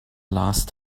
last